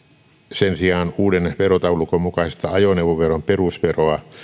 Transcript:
sen sijaan uuden verotaulukon mukaista ajoneuvon perusveroa